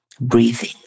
breathing